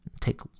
take